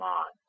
on